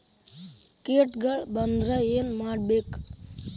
ಕೇಟಗಳ ಬಂದ್ರ ಏನ್ ಮಾಡ್ಬೇಕ್?